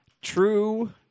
True